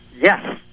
Yes